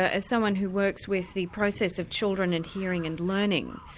ah as someone who works with the process of children and hearing and learning,